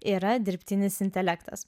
yra dirbtinis intelektas